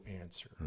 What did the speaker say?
answer